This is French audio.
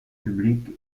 publics